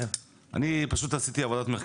אני פשוט עשיתי עבודת מחקר.